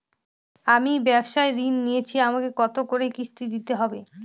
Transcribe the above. আমি ব্যবসার ঋণ নিয়েছি আমাকে কত করে কিস্তি দিতে হবে?